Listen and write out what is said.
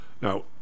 now